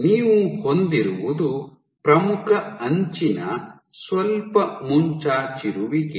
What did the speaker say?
ನೀವು ಹೊಂದಿರುವುದು ಪ್ರಮುಖ ಅಂಚಿನ ಸ್ವಲ್ಪ ಮುಂಚಾಚಿರುವಿಕೆ